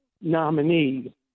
nominee